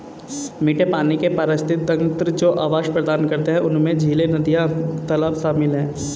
मीठे पानी के पारिस्थितिक तंत्र जो आवास प्रदान करते हैं उनमें झीलें, नदियाँ, तालाब शामिल हैं